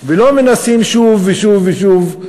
ולא מנסים שוב ושוב ושוב.